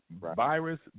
virus